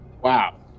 wow